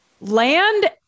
land